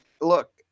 look